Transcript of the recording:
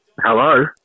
Hello